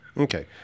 Okay